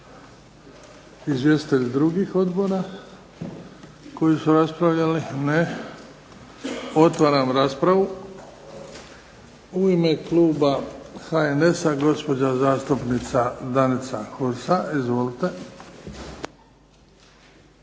Žele li izvjestitelji drugih odbora koji su raspravljali? Ne. Otvaram raspravu. U ime kluba HNS-a, gospođa zastupnica Danica Hursa. Izvolite.